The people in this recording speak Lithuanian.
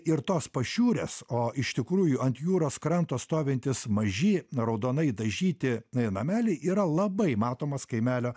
ir tos pašiūrės o iš tikrųjų ant jūros kranto stovintys maži raudonai dažyti nameliai yra labai matomas kaimelio